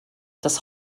das